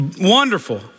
wonderful